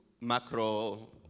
macro